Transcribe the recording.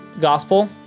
gospel